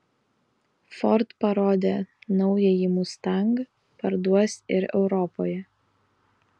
ford parodė naująjį mustang parduos ir europoje